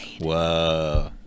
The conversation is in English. Whoa